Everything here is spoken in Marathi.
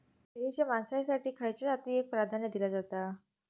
शेळीच्या मांसाएसाठी खयच्या जातीएक प्राधान्य दिला जाता?